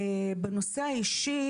בנושא האישי,